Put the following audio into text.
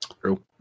True